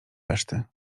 reszty